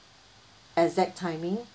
exact timing